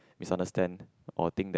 misunderstand or think that